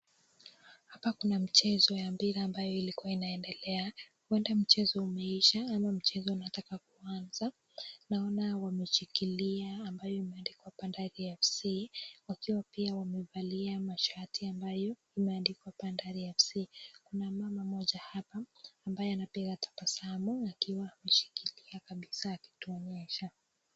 Hapa kuna mchezo ya mpira ambayo ilkuwa inaendelea, huenda mchezo huu umeisha ama mchezo unataka kuanza, naona wameshikila amabayo imeandikwa Bandari FC, wakiwa pia wamevalia mashati ambayo yameandikwa Bandari FC, kuna mama mmoja hapa, ambaye anapiga tabasamu akiwa ameshikilia kabisa akituonyesha.